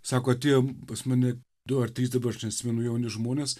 sako atėjo pas mane du ar trys dabar aš neatsimenu jauni žmonės